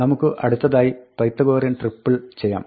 നമുക്ക് അടുത്തതായി Pythagorean triple ചെയ്യാം